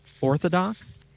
orthodox